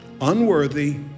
Unworthy